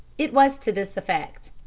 it was to this effect.